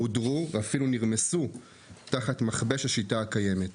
הודרו ואף נרמסו תחת מחבש השיטה הקיימת.